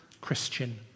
Christian